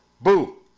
boo